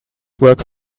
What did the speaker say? works